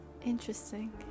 Interesting